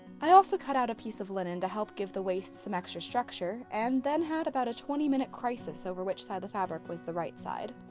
i also cut out a piece of linen to help give the waist some extra structure, and then had about a twenty minute crisis over which side of the fabric was the right side.